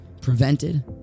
prevented